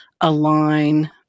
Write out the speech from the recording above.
align